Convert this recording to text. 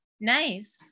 Nice